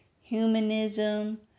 humanism